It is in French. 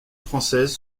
française